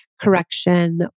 correction